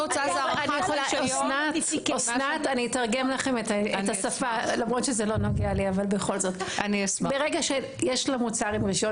אתרגם לכם את השפה למרות שזה לא נוגע לי ברגע שיש לה מוצר עם רשיון